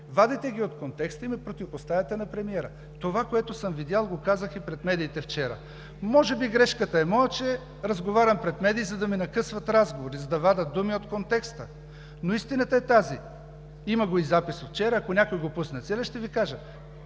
вадите ги от контекста и ме противопоставяте на премиера. Това, което съм видял, го казах и пред медиите вчера. Може би грешката е моя, че разговарям пред медии, за да ми накъсват разговора, за да вадят думи от контекста. Но истината е тази – има го и записа от вчера, ако някой го пусне целия, ще Ви кажа: